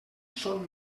són